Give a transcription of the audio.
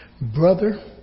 brother